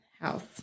house